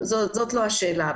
לא השאלה.